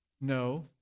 No